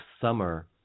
summer